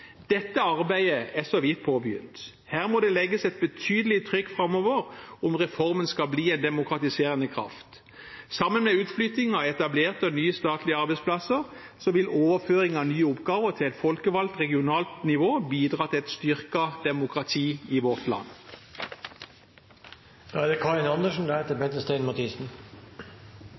Dette arbeidet er så vidt påbegynt. Her må det legges et betydelig trykk framover, om reformen skal bli en demokratiserende kraft. Sammen med utflytting av etablerte og nye statlige arbeidsplasser vil overføring av nye oppgaver til et folkevalgt regionalt nivå bidra til et styrket demokrati i vårt land. Jeg hører med stor forundring på representanter for regjeringspartiene som er